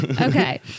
Okay